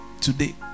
today